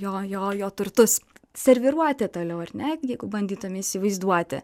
jo jo jo turtus serviruotė toliau ar ne jeigu bandytume įsivaizduoti